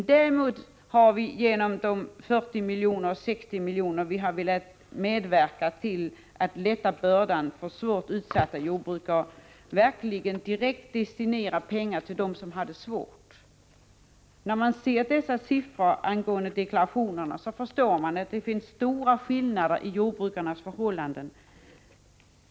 Däremot har vi genom de 40 miljoner som vi satsat för att lätta bördan för de svårt utsatta jordbrukarna verkligen direkt destinerat pengar till dem som har det svårt. Av dessa siffror angående deklarationerna förstår man att det finns stora skillnader i jordbrukarnas förhållanden.